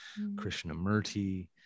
krishnamurti